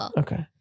okay